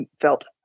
felt